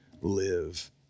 live